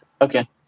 Okay